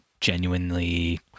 genuinely